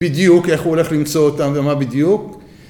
‫בדיוק איך הוא הולך למצוא אותם ‫ומה בדיוק.